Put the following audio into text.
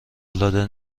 العاده